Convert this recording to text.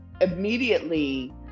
immediately